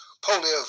polio